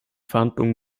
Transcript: verhandlungen